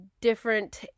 different